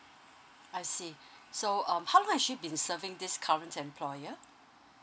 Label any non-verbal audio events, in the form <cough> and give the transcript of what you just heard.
I see <breath> so um how long has she been serving this current employer